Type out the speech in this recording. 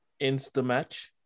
Instamatch